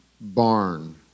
barn